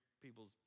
people's